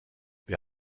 wir